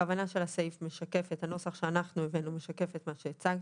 הנוסח שאנחנו הבאנו משקף את מה שאת הצגת.